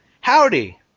Howdy